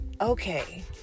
okay